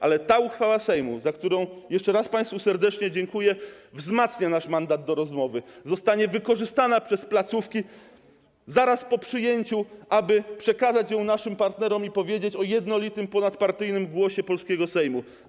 Ale ta uchwała Sejmu, za którą jeszcze raz państwu serdecznie dziękuję, wzmacnia nasz mandat do rozmowy, zostanie wykorzystana przez placówki zaraz po przyjęciu, aby przekazać ją naszym partnerom i powiedzieć o jednolitym, ponadpartyjnym głosie polskiego Sejmu.